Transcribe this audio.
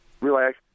relax